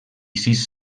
sis